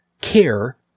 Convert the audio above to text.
care